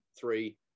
three